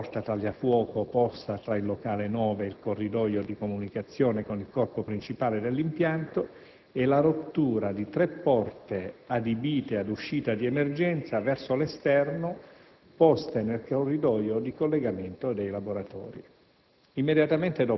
ha divelto la porta tagliafuoco posta tra il locale 9 e il corridoio di comunicazione con il corpo principale dell'impianto e provocato la rottura di tre porte adibite ad uscita di emergenza verso l'esterno poste nel corridoio di collegamento dei laboratori.